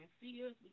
fears